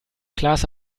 klaas